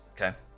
Okay